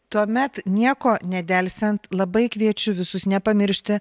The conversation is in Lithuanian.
tuomet nieko nedelsiant labai kviečiu visus nepamiršti